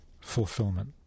fulfillment